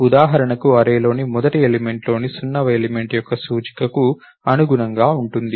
ఉదాహరణకు అర్రేలోని మొదటి ఎలిమెంట్ లోని 0వ ఎలిమెంట్ యొక్క సూచికకు అనుగుణంగా ఉంటుంది